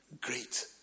great